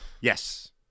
Yes